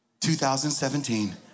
2017